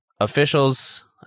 officials